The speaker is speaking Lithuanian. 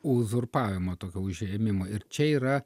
uzurpavimo tokio užėmimo ir čia yra